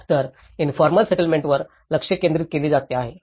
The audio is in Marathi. तर इनफॉर्मल सेटलमेंटवर लक्ष केंद्रित केले जात आहे